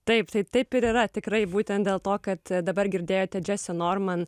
taip tai taip ir yra tikrai būtent dėl to kad dabar girdėjote džesenorman